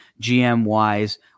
GM-wise